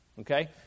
Okay